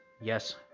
Yes